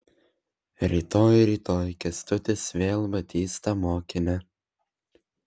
rytoj rytoj kęstutis vėl matys tą mokinę